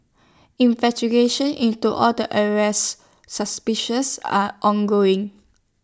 investigations into all the arrested suspicious are ongoing